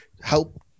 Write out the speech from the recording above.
help